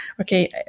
okay